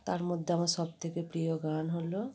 তার মধ্যে আমার সবথেকে প্রিয় গান হলো